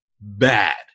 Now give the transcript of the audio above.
bad